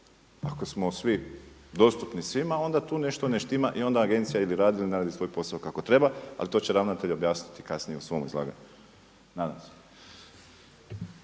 Ako smo svi dostupni svima onda tu nešto ne štima i onda agencija ili radi ili ne radi svoj posao kako treba, ali to će ravnatelj objasniti kasnije u svom izlaganju, nadam se.